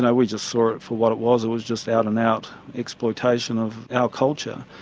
yeah we just saw it for what it was, it was just out and out exploitation of our culture.